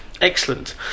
Excellent